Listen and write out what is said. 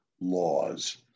laws